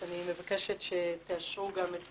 אני מבקשת שתאשרו גם את